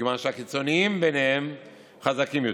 מכיוון שהקיצוניים בהם חזקים יותר.